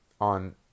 on